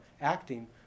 acting